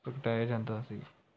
ਪ੍ਰਗਟਾਇਆ ਜਾਂਦਾ ਸੀ